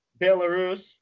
Belarus